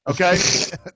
okay